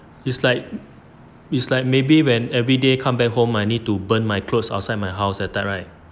it's like it's like maybe when everyday come back home I need to burn my clothes outside my house that type right